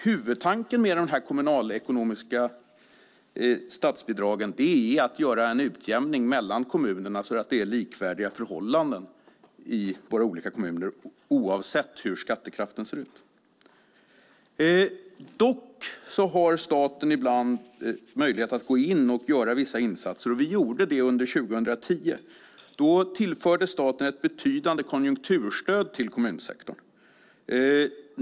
Huvudtanken med de kommunalekonomiska statsbidragen är att göra en utjämning mellan kommunerna så att det blir likvärdiga förhållanden i våra olika kommuner, oavsett hur skattekraften ser ut. Dock har staten ibland möjlighet att gå in och göra vissa insatser, och vi gjorde det under 2010. Då tillförde staten ett betydande konjunkturstöd till kommunsektorn.